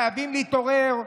חייבים להתעורר,